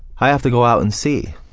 i have to go out and see,